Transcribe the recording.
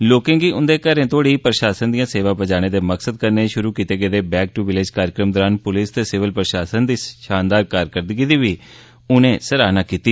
लोकें गी उंदे घरें तोड़ी प्रशासन दियां सेवा पजाने दे मकसद कन्नै शुरू कीते गेदे ''बैक टू विलेज'' कार्यक्रम दरान पुलस ते सिविल प्रशासन दी शानदार कारकरदगी दी बी उपराज्यपाल होरें सराहना कीती